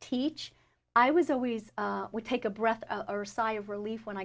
teach i was always take a breath or sigh of relief when